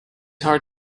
heart